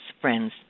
friends